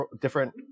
different